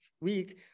week